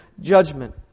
judgment